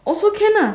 also can lah